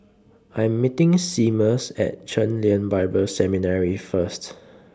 I'm meeting Seamus At Chen Lien Bible Seminary First